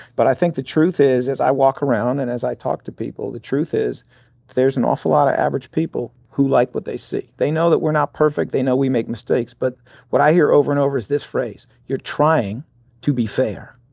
but i think the truth is as i walk around and as i talk to people, the truth is there's an awful lotta average people who like what they see. they know that we're not perfect. they know we make mistakes. but what i hear over and over is this phrase you're trying to be fair.